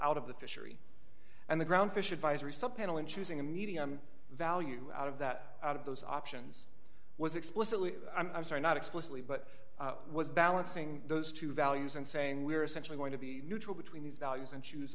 out of the fishery and the ground fish advisory some panel in choosing a medium value out of that out of those options was explicitly i'm sorry not explicitly but i was balancing those two values and saying we're essentially going to be neutral between these values and choose